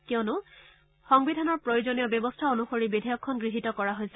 কিয়নো সংবিধানৰ প্ৰয়োজনীয় ব্যৱস্থা অনুসৰি বিধেয়কখন গৃহীত কৰা হৈছে